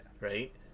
right